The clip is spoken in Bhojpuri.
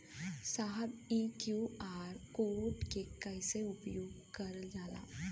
साहब इ क्यू.आर कोड के कइसे उपयोग करल जाला?